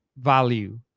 value